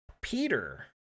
Peter